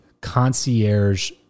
concierge